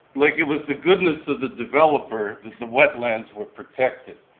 like it was the goodness of the developer that the wetlands were protected.